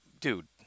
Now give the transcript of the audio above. dude